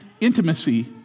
intimacy